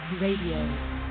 Radio